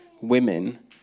women